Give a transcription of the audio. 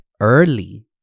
early